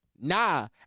nah